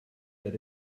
that